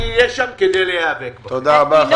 אני אהיה שם כדי להיאבק בכם.